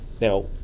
Now